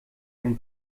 einen